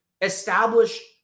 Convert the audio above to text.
Establish